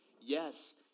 Yes